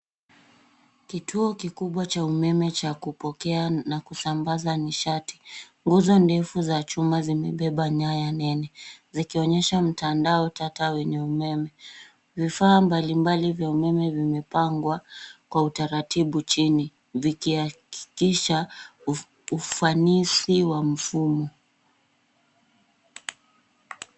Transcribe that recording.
Kituo kikubwa cha umeme cha kupokea na kusambaza nishati. Nguzo ndefu za chuma zimebeba nyaya nene zikionyesha mtandao tata wenye umeme. Vifaa mbalimbali vya umeme vimepangwa kwa utaratibu chini vikihakikisha ufanisi wa mfumo.